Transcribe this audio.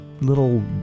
little